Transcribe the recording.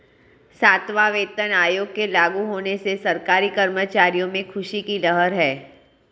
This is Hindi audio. सातवां वेतन आयोग के लागू होने से सरकारी कर्मचारियों में ख़ुशी की लहर है